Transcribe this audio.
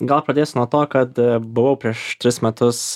gal pradėsiu nuo to kad buvau prieš tris metus